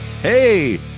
hey